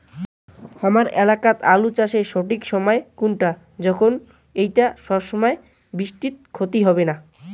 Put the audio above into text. হামার এলাকাত আলু চাষের সঠিক সময় কুনটা যখন এইটা অসময়ের বৃষ্টিত ক্ষতি হবে নাই?